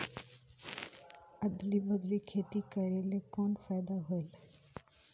अदली बदली खेती करेले कौन फायदा होयल?